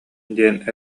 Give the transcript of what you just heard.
диэн